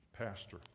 pastor